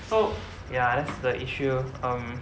so ya that's the issue um